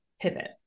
pivot